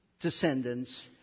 descendants